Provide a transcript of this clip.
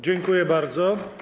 Dziękuję bardzo.